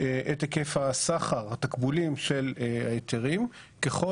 את היקף הסחר ואת התקבולים של ההיתרים ככל